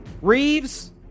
Reeves